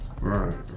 Right